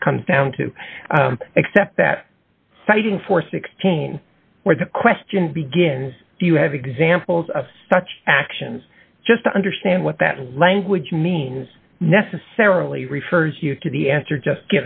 less comes down to except that fighting for sixteen where the question begins do you have examples of such actions just to understand what that language means necessarily refers you to the answer just